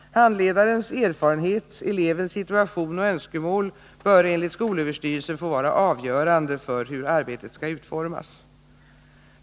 Handledarens erfarenhet samt elevens situation och önskemål bör enligt skolöverstyrelsen få vara avgörande för hur arbetet skall utformas.